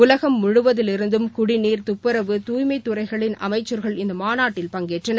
உலகம் முழுவதிலுமிருந்தும் குடிநீா துப்புரவு தூய்மை துறைகளின் அமைச்சள்கள் இந்த மாநாட்டில் பங்கேற்றனர்